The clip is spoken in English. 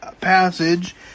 passage